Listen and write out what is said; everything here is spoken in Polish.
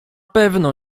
pewno